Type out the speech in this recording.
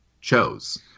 chose